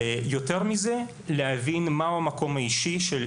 ויותר מזה להבין מהו המקום האישי שלי